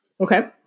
okay